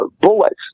bullets